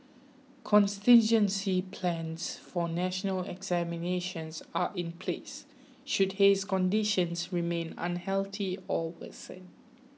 contingency plans for national examinations are in place should haze conditions remain unhealthy or worsen